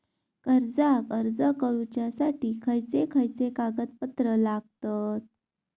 कर्जाक अर्ज करुच्यासाठी खयचे खयचे कागदपत्र लागतत